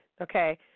okay